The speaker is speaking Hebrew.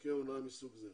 במקרי הונאה מסוג זה.